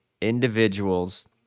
individuals